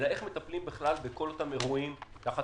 איך מטפלים בכלל בכל אותם אירועים תחת